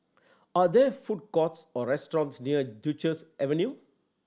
are there food courts or restaurants near Duchess Avenue